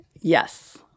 Yes